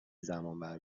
زمانبر